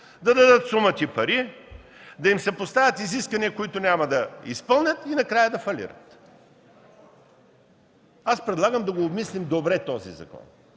да дадат сума ти пари, да им се поставят изисквания, които няма да изпълнят, и накрая да фалират. Предлагам добре да обмислим този закон.